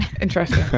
Interesting